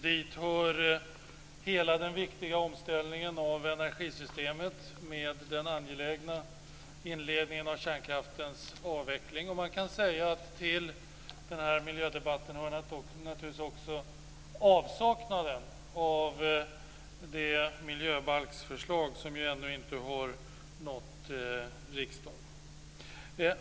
Dit hör hela den viktiga omställningen av energisystemet med den angelägna inledningen av kärnkraftens avveckling. Man kan säga att det till denna miljödebatt också hör avsaknaden av det miljöbalksförslag som ännu inte har nått riksdagen.